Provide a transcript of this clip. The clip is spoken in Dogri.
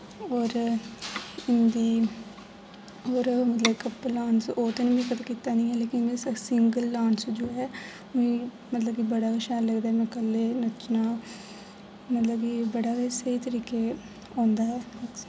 और ओह्दी और मतलब कपल डांस ओह् ते निं में कदे कीत्ता नेईं ऐ लेकिन सिंगल डांस जो ऐ मतलब कि बड़ा गै शैल लगदा ऐ में कल्ले नचना मतलब कि बड़ा गे स्हेई तरीके आंदा ऐ